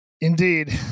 indeed